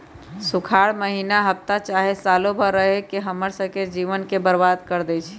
सुखार माहिन्ना हफ्ता चाहे सालों भर रहके हम्मर स के जीवन के बर्बाद कर देई छई